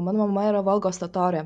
mano mama yra volgos totorė